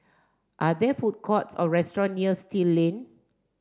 are there food courts or restaurant near Still Lane